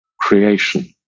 creation